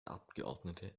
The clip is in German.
abgeordnete